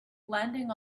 landing